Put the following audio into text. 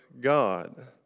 God